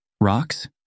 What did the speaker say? Rocks